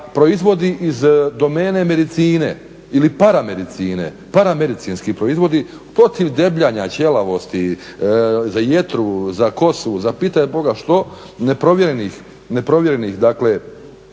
proizvodi iz domene medicine ili para medicine, para medicinski proizvodi protiv debljanja, ćelavosti, za jetru, za kosu, za pitaj Boga što, ne provjerenih, dakle